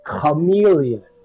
Chameleon